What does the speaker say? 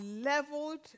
leveled